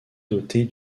dotée